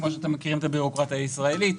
כפי שאתם מכירים בבירוקרטיה הישראלית,